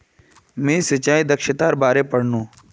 मी सिंचाई दक्षतार बारे पढ़नु